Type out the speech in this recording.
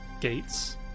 gates